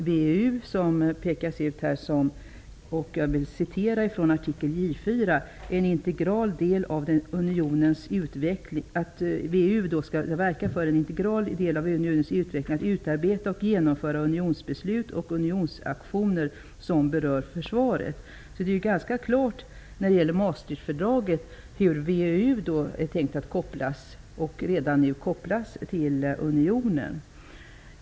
I Maastrichtfördraget står att VEU skall verka för en integral del av unionens utveckling, att utarbeta och genomföra unionsbeslut och unionsaktioner som berör försvaret. Det står alltså ganska klart i Maastrichtfördraget hur VEU är tänkt att kopplas, och redan nu kopplas till unionen.